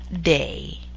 day